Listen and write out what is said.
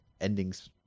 endings